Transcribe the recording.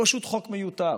פשוט חוק מיותר.